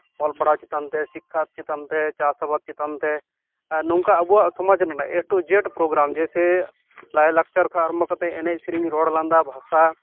ᱚᱞ ᱯᱟᱲᱦᱟᱣ ᱪᱮᱛᱟᱱ ᱛᱮ ᱥᱤᱠᱠᱷᱟ ᱪᱮᱛᱟᱱ ᱛᱮ ᱪᱟᱥᱼᱟᱵᱟᱫ ᱪᱮᱛᱟᱱ ᱛᱮ ᱟᱨ ᱱᱚᱝᱠᱟ ᱟᱵᱚᱣᱟᱜ ᱥᱚᱢᱟᱡᱽ ᱨᱮᱱᱟᱜ ᱮᱹ ᱴᱩ ᱡᱮ ᱴ ᱯᱨᱳᱜᱨᱟᱢ ᱡᱮᱭᱥᱮ ᱞᱟᱭᱼᱞᱟᱠᱪᱟᱨ ᱠᱷᱚᱡ ᱟᱨᱟᱢᱵᱷᱚ ᱠᱟᱛᱮ ᱮᱱᱮᱡ ᱥᱮᱨᱮᱧ ᱨᱚᱲ ᱞᱟᱸᱫᱟ ᱵᱷᱟᱥᱟ